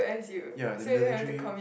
ya the military